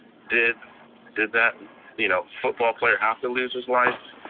did did that you know football player have to lose his life?